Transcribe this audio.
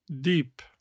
deep